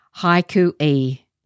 Haiku-e